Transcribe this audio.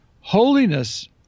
Holiness